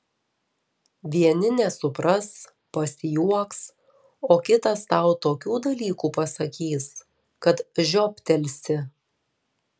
vieni nesupras pasijuoks o kitas tau tokių dalykų pasakys kad žioptelsi